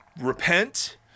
repent